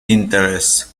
interests